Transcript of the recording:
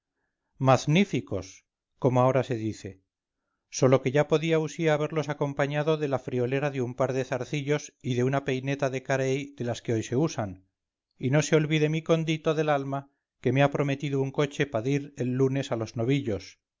mazníficos como ahora se dice sólo que ya podía usía haberlos acompañado de la friolera de un par de zarcillos y de una peineta de carey de las que hoy se usan y no se olvide mi condito del alma que me ha prometido un coche pa dir el lunes a los novillos